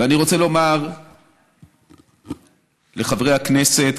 ואני רוצה לומר לחברי הכנסת,